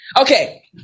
Okay